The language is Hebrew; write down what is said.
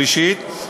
שלישית,